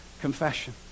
confession